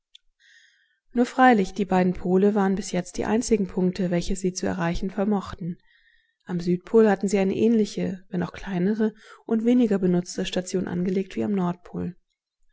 nur freilich die beiden pole waren bis jetzt die einzigen punkte welche sie zu erreichen vermochten am südpol hatten sie eine ähnliche wenn auch kleinere und weniger benutzte station angelegt wie am nordpol